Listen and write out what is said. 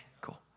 cool